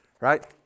right